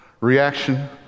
reaction